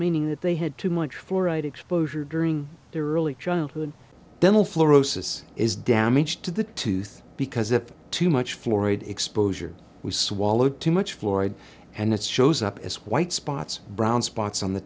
meaning that they had too much fluoride exposure during their early childhood dental floros this is damage to the tooth because if too much florid exposure we swallow too much fluoride and it shows up as white spots brown spots on the